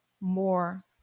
more